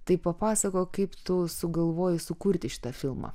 tai papasakok kaip tu sugalvojai sukurti šitą filmą